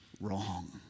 wrong